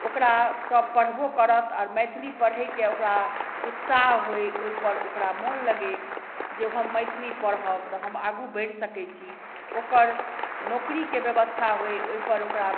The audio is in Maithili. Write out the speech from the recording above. ओकरा सब पढ़बो करत आओर मैथिली पढ़यके ओकरा उत्साह होइ ओइपर ओकरा मोन लगय जे हम मैथिली पढ़ब तऽ हम आगू बढ़ि सकय छी ओकर नौकरीके व्यवस्था होइ ओइपर ओकरा